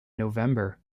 november